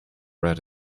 red